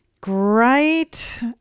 Great